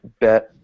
bet